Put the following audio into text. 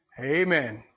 Amen